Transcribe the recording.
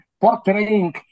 portraying